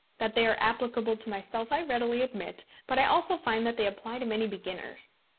that they are applicable to myself i readily admit, but i also find that they apply to many beginners.